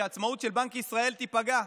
שהעצמאות של בנק ישראל תיפגע.